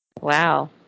Wow